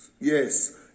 Yes